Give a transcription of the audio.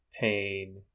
pain